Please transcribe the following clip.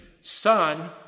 son